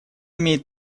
имеет